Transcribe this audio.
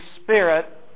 Spirit